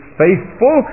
faithful